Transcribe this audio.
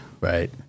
Right